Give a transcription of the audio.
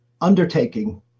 undertaking